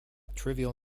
trivial